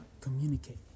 communicate